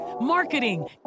marketing